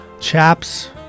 chaps